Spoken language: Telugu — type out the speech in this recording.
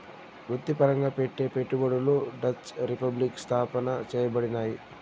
వృత్తిపరంగా పెట్టే పెట్టుబడులు డచ్ రిపబ్లిక్ స్థాపన చేయబడినాయి